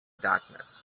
darkness